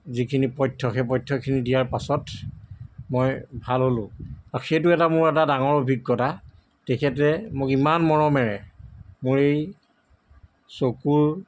যিখিনি পথ্য সেই পথ্যখিনি দিয়াৰ পাছত মই ভাল হ'লো আৰু সেইটো এটা মোৰ এটা ডাঙৰ অভিজ্ঞতা তেখেতে মোক ইমান মৰমেৰে মোৰ এই চকুৰ